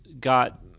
got